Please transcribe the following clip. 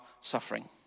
suffering